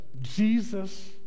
Jesus